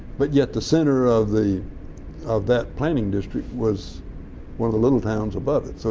but yet the center of the of that planning district was one of the little towns above it. so,